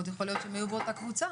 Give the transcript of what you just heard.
מאוד יכול להיות שהם היו באותה קבוצה.